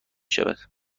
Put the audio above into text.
شود